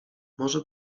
może